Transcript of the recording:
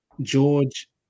George